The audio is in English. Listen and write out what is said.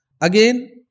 again